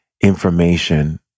information